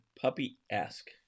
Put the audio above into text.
puppy-esque